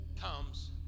comes